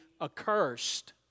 accursed